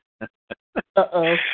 Uh-oh